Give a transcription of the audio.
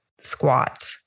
squat